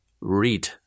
Read